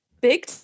big